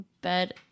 bed